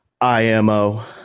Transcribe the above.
IMO